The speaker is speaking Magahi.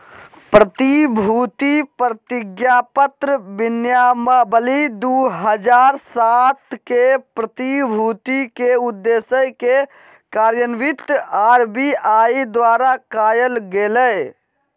प्रतिभूति प्रतिज्ञापत्र विनियमावली दू हज़ार सात के, प्रतिभूति के उद्देश्य के कार्यान्वित आर.बी.आई द्वारा कायल गेलय